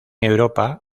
europa